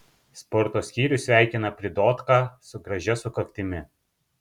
sporto skyrius sveikina pridotką su gražia sukaktimi